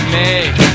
make